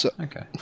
okay